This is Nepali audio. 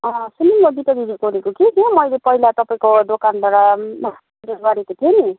सुन्नु नि म दिपा दिदी बोलेको कि त्यो मैले पहिला तपाईँको दोकानबाट गरेको थिएँ नि